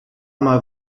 mal